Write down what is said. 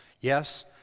Yes